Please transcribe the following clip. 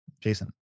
Jason